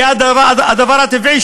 זה הדבר הטבעי,